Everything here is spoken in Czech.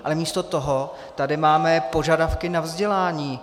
Ale místo toho tady máme požadavky na vzdělání.